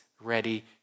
ready